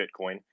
Bitcoin